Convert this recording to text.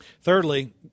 Thirdly